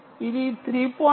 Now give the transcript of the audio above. ఇది 3